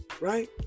Right